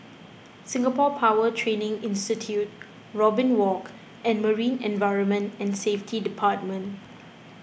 Singapore Power Training Institute Robin Walk and Marine Environment and Safety Department